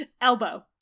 Elbow